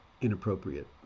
inappropriate